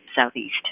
southeast